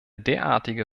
derartige